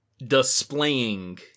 displaying